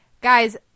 guys